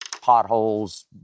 potholes